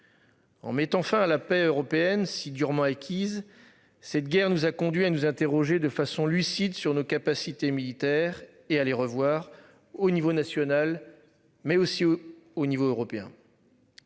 En mettant fin à la paix européenne si durement acquise. Cette guerre nous a conduit à nous interroger de façon lucide sur nos capacités militaires et les revoir au niveau national mais aussi au niveau européen.